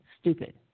stupid